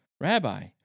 Rabbi